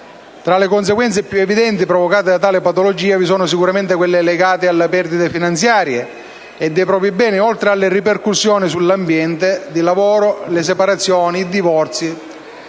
tra le conseguenze più evidenti provocate da tale patologia vi sono sicuramente quelle legate alle perdite finanziarie e dei propri beni, oltre alle ripercussioni sull'ambiente di lavoro, le separazioni e i divorzi;